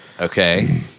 Okay